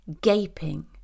gaping